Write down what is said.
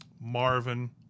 Marvin